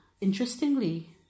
interestingly